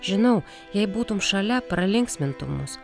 žinau jei būtum šalia pralinksmintum mus